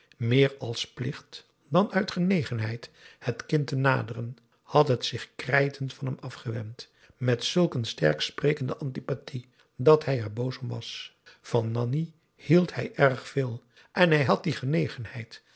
meer als plicht dan uit genegenheid het kind te naderen had het zich krijtend van hem afgewend met zulk een sterk sprekende antipathie dat hij er boos om was van nanni hield hij erg veel en hij had die genegenheid